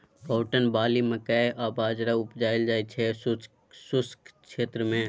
cotton, barley, मकइ आ बजरा उपजाएल जाइ छै शुष्क क्षेत्र मे